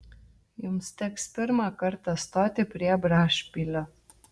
jums teks pirmą kartą stoti prie brašpilio